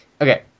Okay